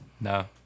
No